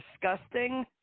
disgusting